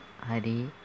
Hari